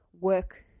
work